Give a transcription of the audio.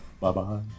Bye-bye